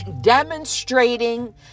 demonstrating